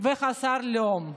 וחסר לאום,